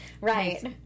Right